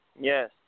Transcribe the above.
Yes